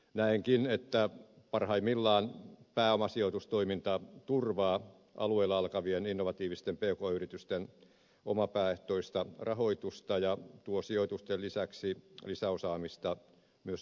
näenkin että parhaimmillaan pääomasijoitustoiminta turvaa alueella alkavien innovatiivisten pk yritysten omapääomaehtoista rahoitusta ja tuo sijoitusten lisäksi lisäosaamista myös hallitustyöskentelyyn